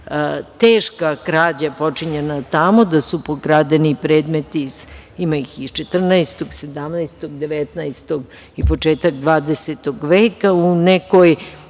teška krađa počinjena tamo, da su pokradeni predmeti iz 14, 17, 19. i početak 20. veka. U nekoj